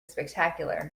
spectacular